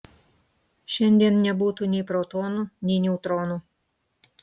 šiandien nebūtų nei protonų nei neutronų